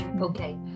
okay